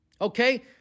okay